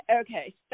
Okay